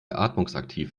atmungsaktiv